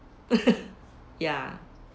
ya